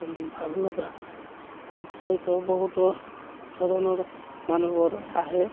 ভাল লগা তাত হয়তো বহুতো ধৰণৰ মানুহবোৰ আহে